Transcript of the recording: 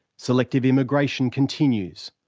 selective immigration continues,